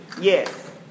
Yes